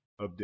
update